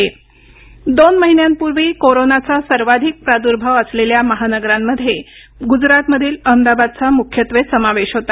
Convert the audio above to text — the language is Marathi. गुजरात दोन महिन्यांपूर्वी कोरोनाचा सर्वाधिक प्रादुर्भाव असलेल्या महानगरांमध्ये गुजरातमधील अहमदाबादचा मुख्यत्वे समावेश होता